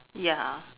ya